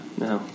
no